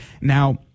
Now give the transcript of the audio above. Now